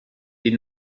did